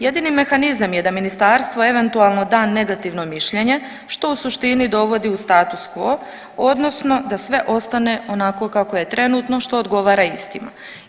Jedini mehanizam je da Ministarstvo eventualno da negativno mišljenje što u suštini dovodi u status quo odnosno da sve ostane onako kako je trenutno što odgovara istini.